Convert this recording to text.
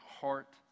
heart